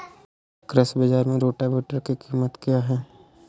कृषि बाजार में रोटावेटर की कीमत क्या है?